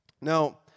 Now